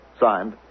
Signed